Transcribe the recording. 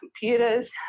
computers